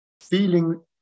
feeling